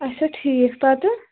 اچھا ٹھیٖک پَتہٕ